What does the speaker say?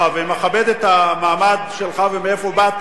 ומכבד את המעמד שלך ומאיפה באת,